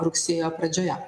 rugsėjo pradžioje